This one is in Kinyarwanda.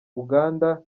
uganda